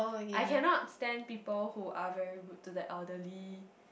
I cannot stand people who are very rude to the elderly